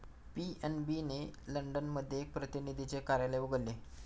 PNB ने London मध्ये एक प्रतिनिधीचे कार्यालय उघडले